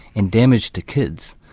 and damage to kids,